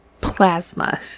plasma